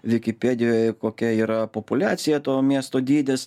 vikipedijoje kokia yra populiacija to miesto dydis